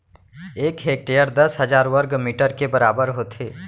एक हेक्टर दस हजार वर्ग मीटर के बराबर होथे